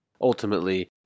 ultimately